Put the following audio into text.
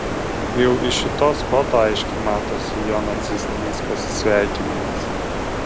jau iš šitos foto aiškiai matosi jo nacistinis pasisveikinimas